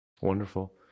Wonderful